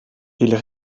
ils